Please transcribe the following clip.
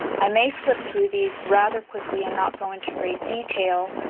i may flip through these rather quickly and not go into great detail.